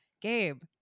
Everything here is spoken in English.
Gabe